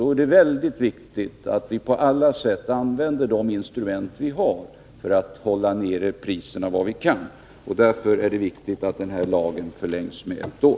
Då är det väldigt viktigt att vi på alla sätt använder de instrument vi har för att hålla nere priserna så mycket vi kan. Därför är det angeläget att tillämpningen av prisregleringslagen förlängs med ett år.